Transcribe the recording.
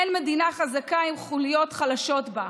אין מדינה חזקה עם חוליות חלשות בה.